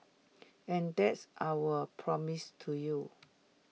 and that's our promise to you